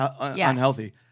unhealthy